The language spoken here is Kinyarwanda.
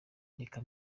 reka